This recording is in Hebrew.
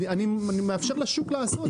אני מאפשר לשוק לעשות.